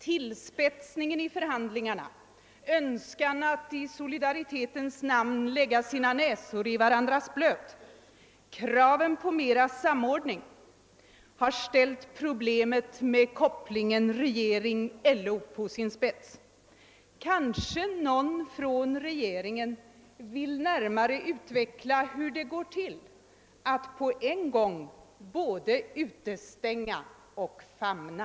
Tillspetsningen i förhandlingarna, önskan att i solidaritetens namn lägga sina näsor i blöt på varandras områden, kraven på mera samordning, har ställt problemet med kopplingen = regeringen—LO på «sin spets. Kanske någon från regeringen närmare vill utveckla hur det går till att på en gång både utestänga och famna.